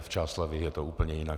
V Čáslavi je to úplně jinak.